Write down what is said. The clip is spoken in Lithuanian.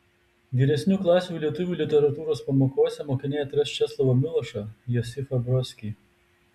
vyresnių klasių lietuvių literatūros pamokose mokiniai atras česlovą milošą josifą brodskį